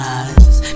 eyes